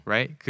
Right